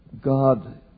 God